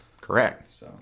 Correct